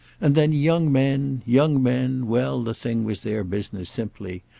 and then young men, young men well, the thing was their business simply,